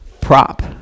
prop